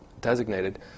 designated